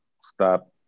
Stop